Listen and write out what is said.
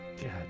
God